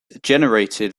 generated